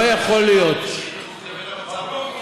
מה הקשר בין,